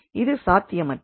இது சாத்தியமற்றது